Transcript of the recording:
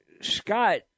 Scott